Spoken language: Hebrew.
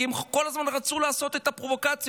כי הם כל הזמן רצו לעשות את הפרובוקציות,